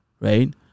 right